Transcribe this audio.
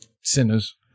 sinners